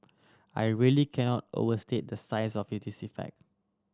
I really cannot overstate the size of this effect